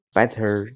Better